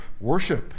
Worship